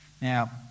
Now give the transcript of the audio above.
Now